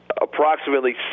approximately